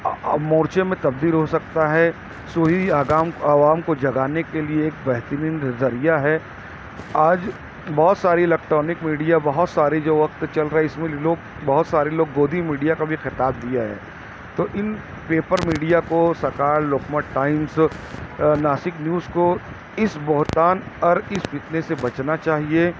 مورچے میں تبدیل ہوسکتا ہے سوئی عوام عوام کو جگانے کے لیے ایک بہترین ذریعہ ہے آج بہت ساری الیکٹرانک میڈیا بہت سارے جو وقت چل رہے اس میں لوگ بہت سارے لوگ گودی میڈیا کا بھی خطاب دیا ہے تو ان پیپر میڈیا کو سرکار Lokmat Times Nashik news کو اس بہتان اور اس فتنے سے بچنا چاہیے